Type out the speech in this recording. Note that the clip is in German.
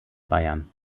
bayern